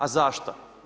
A zašto?